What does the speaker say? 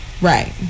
right